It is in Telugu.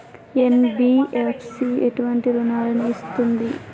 ఎన్.బి.ఎఫ్.సి ఎటువంటి రుణాలను ఇస్తుంది?